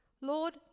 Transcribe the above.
Lord